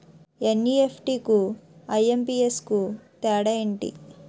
NEFT కు IMPS కు తేడా ఎంటి?